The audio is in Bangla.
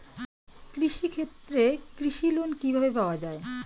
কৃষি ক্ষেত্রে কৃষি লোন কিভাবে পাওয়া য়ায়?